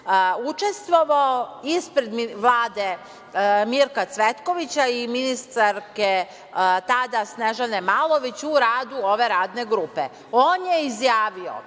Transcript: učestvovao ispred Vlade Mirka Cvetkovića i ministarke, tada, Snežane Malović u radu ove Radne grupe. On je izjavio